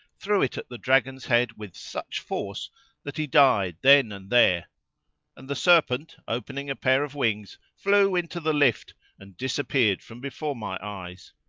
threw it at the dragon's head with such force that he died then and there and the serpent opening a pair of wings flew into the lift and disappeared from before my eyes.